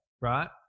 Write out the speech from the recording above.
right